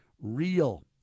real